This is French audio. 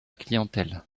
clientèle